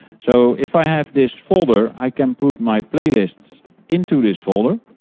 so if i have this folder, i can put my playlists into this folder.